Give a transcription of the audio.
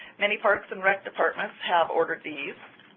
many parks and rec departments have ordered these.